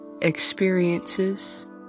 experiences